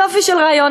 יופי של רעיון.